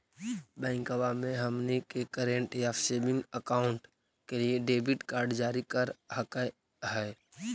बैंकवा मे हमनी के करेंट या सेविंग अकाउंट के लिए डेबिट कार्ड जारी कर हकै है?